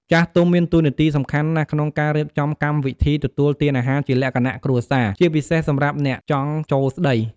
ចាស់ទុំមានតួនាទីសំខាន់ណាស់ក្នុងការរៀបចំកម្មវិធីទទួលទានអាហារជាលក្ខណៈគ្រួសារ ជាពិសេសសម្រាប់អ្នកចង់ចូលស្តី។